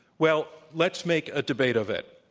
well, let's make a debate of it.